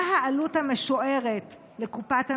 2. מה העלות המשוערת לקופת המדינה?